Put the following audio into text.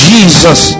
Jesus